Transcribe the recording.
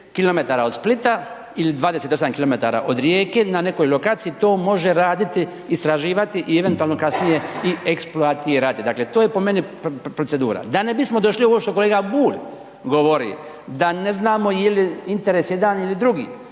kilometara od Splita ili 28 kilometara od Rijeke na nekoj lokaciji to može raditi, istraživati i eventualno kasnije i eksploatirati. Dakle to je po meni procedura. Da ne bismo došli ovo što kolega Bulj govori da ne znamo jeli interes jedan ili drugi,